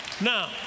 Now